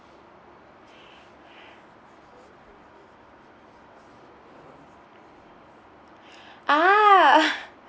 ah